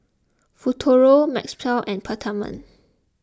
Futuro Mepilex and Peptamen